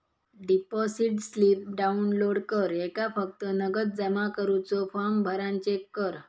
deposit slip download कर ह्येका फक्त नगद जमा करुचो फॉर्म भरान चेक कर